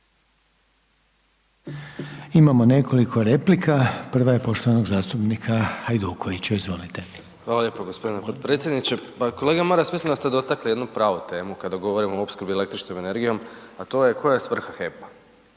Imamo nekoliko replika, prva je poštovanog zastupnika Hajdukovića. Izvolite. **Hajduković, Domagoj (SDP)** Hvala lijepo g. potpredsjedniče. Pa kolega Maras, mislim da ste dotakli jednu pravu temu kada govorimo o opskrbi električnom energijom, a to je koja je svrha HEP-a?